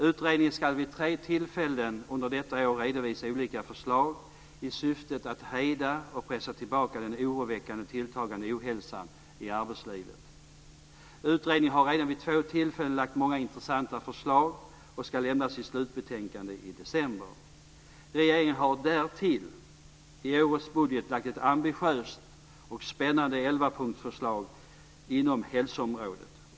Utredningen ska vid tre tillfällen under detta år redovisa olika förslag i syfte att hejda och pressa tillbaka den oroväckande tilltagande ohälsan i arbetslivet. Utredningen har redan vid två tillfällen lagt fram många intressanta förslag och ska lämna sitt slutbetänkande i december. Regeringen har därtill i årets budget lagt fram ett ambitiöst och spännande elvapunktsförslag inom hälsoområdet.